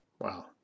Wow